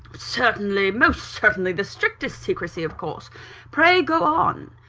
certainly most certainly the strictest secrecy of course pray go on.